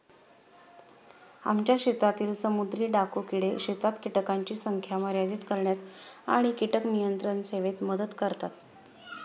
आमच्या शेतातील समुद्री डाकू किडे शेतात कीटकांची संख्या मर्यादित करण्यात आणि कीटक नियंत्रण सेवेत मदत करतात